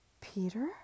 Peter